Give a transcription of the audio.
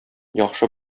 яхшы